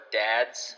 dads